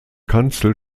kanzel